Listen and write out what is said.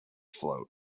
float